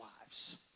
lives